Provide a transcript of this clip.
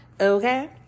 okay